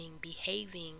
behaving